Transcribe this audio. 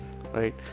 right